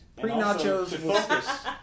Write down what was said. Pre-nachos